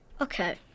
Okay